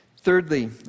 Thirdly